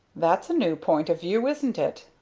that's a new point of view, isn't it?